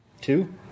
Two